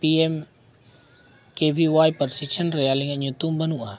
ᱯᱟᱨᱥᱤᱪᱷᱮᱱ ᱨᱮ ᱟᱞᱤᱧᱟᱜ ᱧᱩᱛᱩᱢ ᱵᱟᱹᱱᱩᱜᱼᱟ